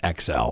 XL